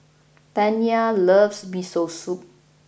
Taniya loves Miso Soup